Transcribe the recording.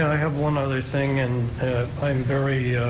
i have one other thing, and i'm very